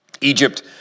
Egypt